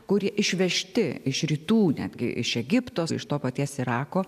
kurie išvežti iš rytų netgi iš egipto iš to paties irako